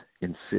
insist